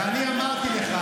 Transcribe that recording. ואני אמרתי לך